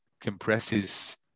compresses